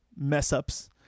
mess-ups